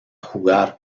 jugar